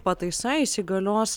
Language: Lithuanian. pataisa įsigalios